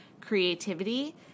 creativity